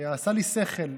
עשה לי שכל.